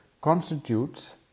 constitutes